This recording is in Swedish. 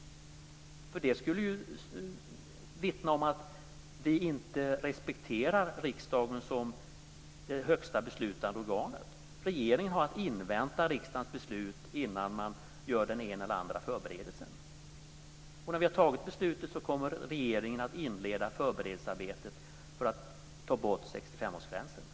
Det skulle ju vittna om att vi inte respekterar riksdagen som det högsta beslutande organet. Regeringen har att invänta riksdagens beslut innan man gör den ena eller andra förberedelsen. Och när vi har tagit beslutet kommer regeringen att inleda förberedelsearbetet för att ta bort 65-årsgränsen.